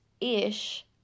ish